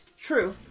True